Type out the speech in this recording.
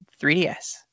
3DS